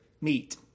meet